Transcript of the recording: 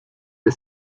the